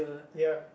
ya